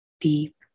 deep